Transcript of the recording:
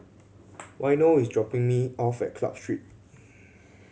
Waino is dropping me off at Club Street